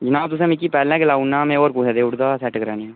नां तुसें मिकी पैह्लें गलाई ओड़ना हा में होर कुसैई देई ओड़दा हा सैट्ट कराने गी